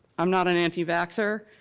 i'm not an anti-vaccer,